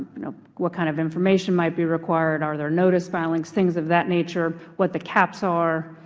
you know what kind of information might be required, are there notice filings, things of that nature, what the caps are,